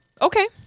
Okay